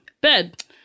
bed